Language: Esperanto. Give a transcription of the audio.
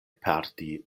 perdi